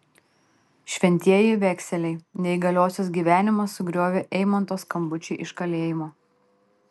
šventieji vekseliai neįgaliosios gyvenimą sugriovė eimanto skambučiai iš kalėjimo